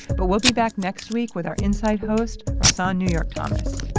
but we'll be back next week with our inside host rahsaan new york thomas.